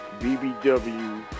BBW